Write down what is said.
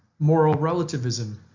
moral relativism,